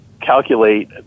calculate